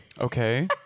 Okay